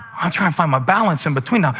i'm trying to find my balance in between. ah